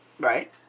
Right